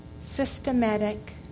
systematic